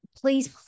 please